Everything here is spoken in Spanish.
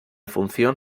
función